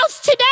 today